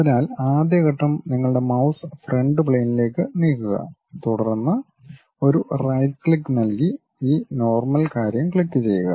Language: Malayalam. അതിനാൽ ആദ്യ ഘട്ടം നിങ്ങളുടെ മൌസ് ഫ്രണ്ട് പ്ലെയിനിലേക്ക് നീക്കുക തുടർന്ന് ഒരു റൈറ്റ് ക്ലിക്ക് നൽകി ഈ നോർമൽ കാര്യം ക്ലിക്കുചെയ്യുക